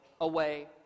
away